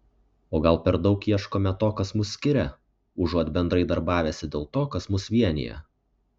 o gal per daug ieškome to kas mus skiria užuot bendrai darbavęsi dėl to kas mus vienija